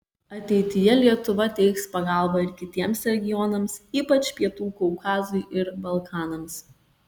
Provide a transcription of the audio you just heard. ateityje lietuva teiks pagalbą ir kitiems regionams ypač pietų kaukazui ir balkanams